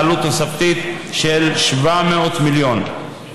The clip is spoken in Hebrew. בעלות תוספתית של 700 מיליון שקל.